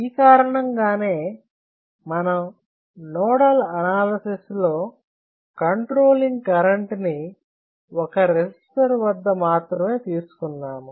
ఈ కారణంగానే మనం నోడల్ అనాలసిస్ లో కంట్రోలింగ్ కరెంట్ ని ఒక రెసిస్టర్ వద్ద మాత్రమే తీసుకున్నాము